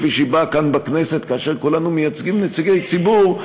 כפי שהיא באה כאן בכנסת כאשר כולנו מייצגים נציגי ציבור,